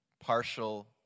partial